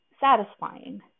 satisfying